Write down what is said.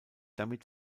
damit